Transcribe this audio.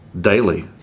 daily